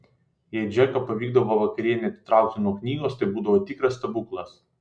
jei džeką pavykdavo vakarienei atitraukti nuo knygos tai būdavo tikras stebuklas